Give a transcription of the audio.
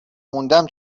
موندم